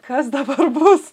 kas dabar bus